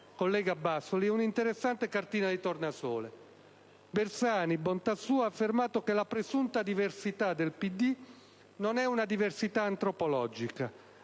collega Bassoli, è un'interessante cartina di tornasole. Bersani, bontà sua, ha affermato che la presunta diversità del PD non è una diversità antropologica.